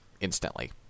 instantly